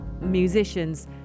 musicians